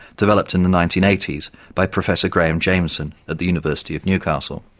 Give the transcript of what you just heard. developed in the nineteen eighty s by professor graeme jameson at the university of newcastle.